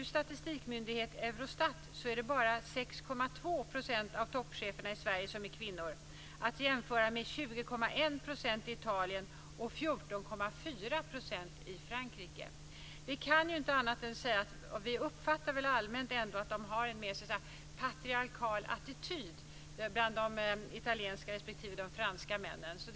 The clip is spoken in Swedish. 6,2 % av toppcheferna i Sverige kvinnor, vilket ska jämföras med 20,1 % i Italien och 14,4 % i Frankrike. Vi uppfattar väl ändå allmänt att de italienska och de franska männen har en mer patriarkalisk attityd.